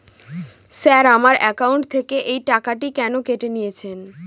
Sir আমার account থেকে এই টাকাটি কেন কেটে নিয়েছেন?